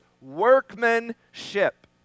workmanship